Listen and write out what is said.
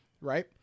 right